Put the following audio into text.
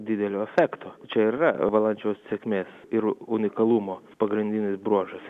didelio efekto čia yra valančiaus sėkmės ir unikalumo pagrindinis bruožas